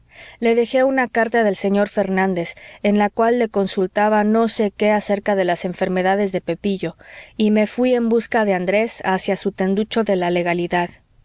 le dejé una carta del señor fernández en la cual le consultaba no sé qué acerca de las enfermedades de pepillo y me fuí en busca de andrés hacia su tenducho de la legalidad